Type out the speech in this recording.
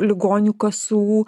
ligonių kasų